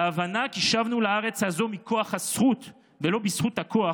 להבנה כי שבנו לארץ הזו מכוח הזכות ולא בזכות הכוח,